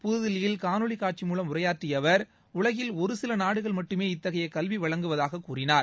புதுதில்லியில் காணொளி காட்சி மூலம் உரையாற்றிய அவர் உலகில் ஒரு சில நாடுகள் மட்டுமே இத்தகைய கல்வி வழங்குவதாக கூறினார்